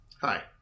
Hi